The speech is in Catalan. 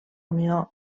unió